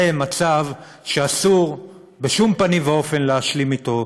זה מצב שאסור בשום פנים ואופן להשלים אתו.